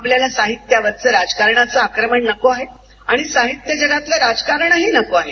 आपल्याला साहित्यावरचं राजकारणाचं आक्रमण नको आहे आणि साहित्य जगातलं राजकारणही नको आहे